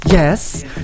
Yes